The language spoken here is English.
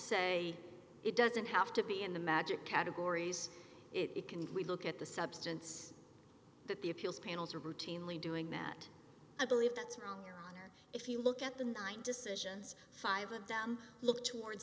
say it doesn't have to be in the magic categories it can we look at the substance that the appeals panels are routinely doing that i believe that's wrong your honor if you look at the nine decisions five of them look towards